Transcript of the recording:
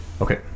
Okay